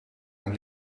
naar